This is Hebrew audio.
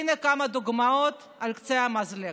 הינה כמה דוגמאות על קצה המזלג.